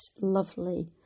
lovely